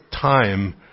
time